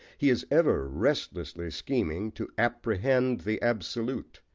he is ever restlessly scheming to apprehend the absolute,